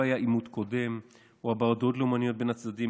לא היו עימות קודם או הבעת דעות לאומיות בין הצדדים.